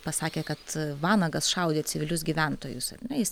pasakė kad vanagas šaudė civilius gyventojus ar ne jis